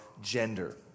gender